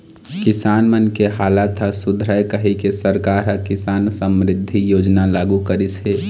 किसान मन के हालत ह सुधरय कहिके सरकार ह किसान समरिद्धि योजना लागू करिस हे